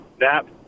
nap